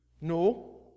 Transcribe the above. No